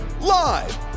live